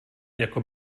jako